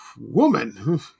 woman